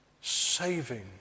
saving